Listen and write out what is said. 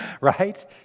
right